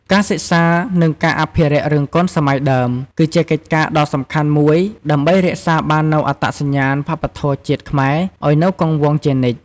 ការសិក្សា និងការអភិរក្សរឿងកុនសម័យដើម គឺជាកិច្ចការដ៏សំខាន់មួយដើម្បីរក្សាបាននូវអត្តសញ្ញាណវប្បធម៌ជាតិខ្មែរឱ្យនៅគង់វង្សជានិច្ច។